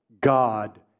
God